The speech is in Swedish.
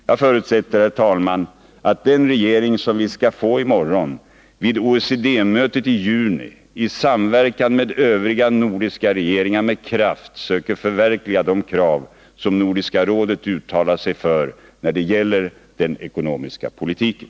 Jag förutsätter, herr talman, att den regering som vi skall få i morgon vid OECD-mötet i juni i samverkan med övriga nordiska regeringar med kraft söker förverkliga de krav som Nordiska rådet uttalat sig för när det gäller den ekonomiska politiken.